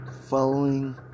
following